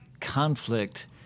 conflict